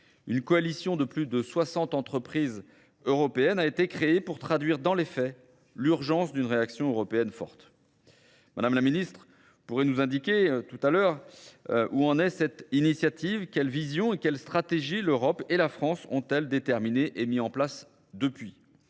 une coalition de plus de 60 entreprises européennes a été créée pour traduire dans les faits l'urgence d'une réaction européenne forte. Madame la Ministre, vous pourriez nous indiquer tout à l'heure où en est cette initiative, quelles visions et quelles stratégies l'Europe et la France ont-elles déterminées et mises en place depuis ?